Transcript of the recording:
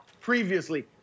previously